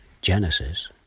Genesis